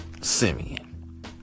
Simeon